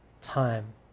time